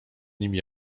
nimi